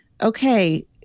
okay